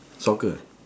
soccer